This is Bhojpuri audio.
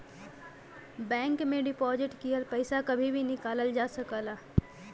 बैंक में डिपॉजिट किहल पइसा कभी भी निकालल जा सकला